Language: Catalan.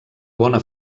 bona